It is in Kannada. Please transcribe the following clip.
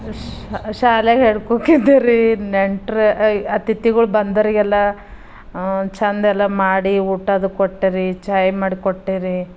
ಶ್ ಶಾಲೆಗೆ ಹೆಡ್ ಕುಕ್ ಇದ್ದೆ ರೀ ನೆಂಟ್ರು ಅತಿಥಿಗಳು ಬಂದೋರಿಗೆಲ್ಲ ಚಂದೆಲ್ಲ ಮಾಡಿ ಊಟದ ಕೊಟ್ಟೆ ರೀ ಚಾಯ್ ಮಾಡಿಕೊಟ್ಟೆ ರೀ